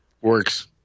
works